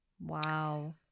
Wow